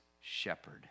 shepherd